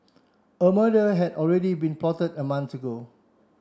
a murder had already been plotted a month ago